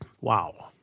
Wow